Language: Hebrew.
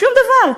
שום דבר.